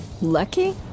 Lucky